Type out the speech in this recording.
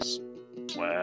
Wow